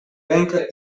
rękę